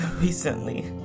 recently